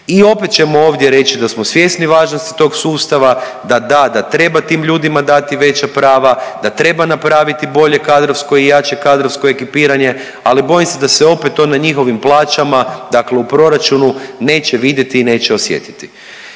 I opet ćemo ovdje reći da smo svjesni važnosti tog sustava, da da da treba tim ljudima dati veća prava, da treba napraviti bolje kadrovsko i jače kadrovsko ekipiranje ali bojim se da se opet to na njihovim plaćama dakle u proračunu neće vidjeti i neće osjetiti.